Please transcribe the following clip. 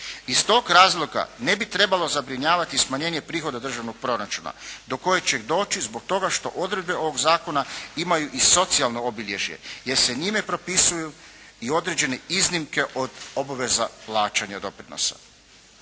Iz tog razloga ne bi trebalo zabrinjavati smanjenje prihoda državnog proračuna, do kojeg će doći zbog toga što odredbe ovoga zakona imaju i socijalno obilježje, jer se njime propisuju i određene iznimke od obaveza plaćanja doprinosa.